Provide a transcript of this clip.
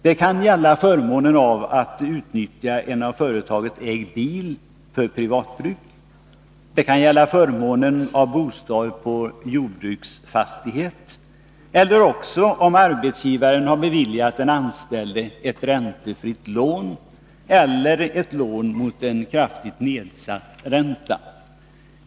Det kan gälla förmånen av att utnyttja en av företaget ägd bil för privatbruk, det kan gälla förmånen av bostad på jordbruksfastighet eller det kan gälla en sådan förmån som att arbetsgivaren har beviljat den anställde ett räntefritt lån eller ett lån mot nedsatt ränta.